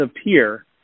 appear